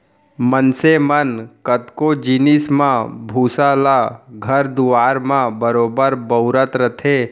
मनसे मन कतको जिनिस म भूसा ल घर दुआर म बरोबर बउरत रथें